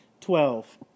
Twelve